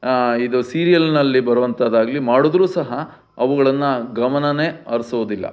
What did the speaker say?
ಇದು ಸೀರಿಯಲ್ನಲ್ಲಿ ಬರುವಂಥದ್ದಾಗ್ಲಿ ಮಾಡಿದ್ರು ಸಹ ಅವುಗಳನ್ನು ಗಮನವೇ ಹರಿಸೋದಿಲ್ಲ